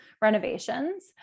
renovations